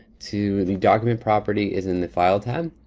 to the document property is in the file tab.